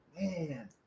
man